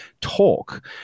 talk